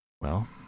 Well